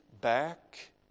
back